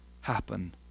happen